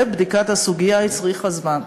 ובדיקת הסוגיה הצריכה זמן.